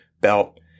belt